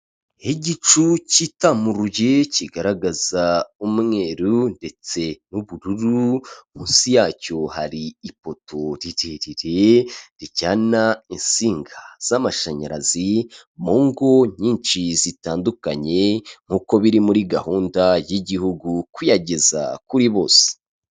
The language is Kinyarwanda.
Igicu cyitamuruye kigaragaza umweru ndetse n'ubururu, munsi yacyo hari ipoto rirerire rijyana insinga z'amashanyarazi mu ngo nyinshi zitandukanye nk'uko biri muri gahunda y'igihugu kuyageza kuri bose.